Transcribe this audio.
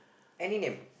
any name